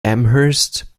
amherst